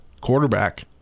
quarterback